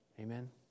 Amen